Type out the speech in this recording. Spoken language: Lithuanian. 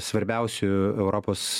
svarbiausiu europos